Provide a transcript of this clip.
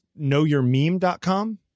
knowyourmeme.com